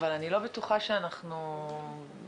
אני מאחלת